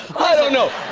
i don't know.